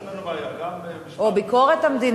לנו אין בעיה, גם, או ביקורת המדינה.